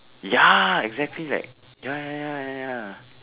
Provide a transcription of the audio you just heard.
ya exactly like ya ya ya ya ya